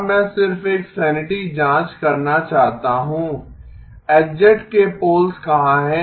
अब मैं सिर्फ एक सैनिटी जाँच करना चाहता हूँ H के पोल्स कहाँ हैं